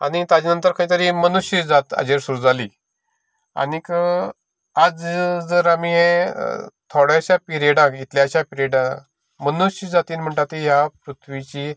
आनी ताजे नंतर खंय तरी मनुश्य जात हाजेर सुरू जाली आनीक आज जर यें आमी थोडेशें इतल्याश्या पिरयेडाक मनुश्य जातीन म्हणटा ती ह्या पृथ्वीचेर